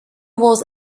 was